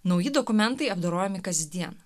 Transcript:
nauji dokumentai apdorojami kasdien